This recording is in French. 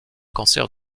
cancer